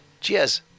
Cheers